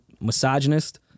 misogynist